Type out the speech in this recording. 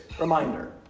reminder